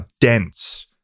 dense